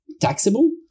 taxable